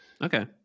Okay